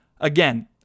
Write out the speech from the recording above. again